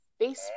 Facebook